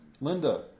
Linda